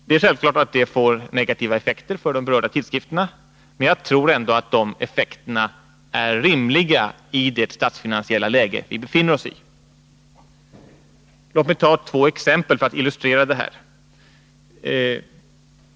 Det är självklart att det får negativa effekter för de berörda tidskrifterna, men jag tror ändå att de effekterna är rimliga i det statsfinansiella läge vi befinner oss i. Låt mig ta två exempel för att illustrera detta.